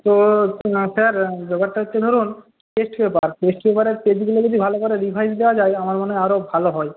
তো না স্যার ব্যাপারটা হচ্ছে ধরুন টেস্ট পেপার টেস্ট পেপারের পেজগুলো যদি ভালো করে রিভাইস করা যায় আমার মনে হয় আরো ভালো হয়